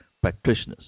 practitioners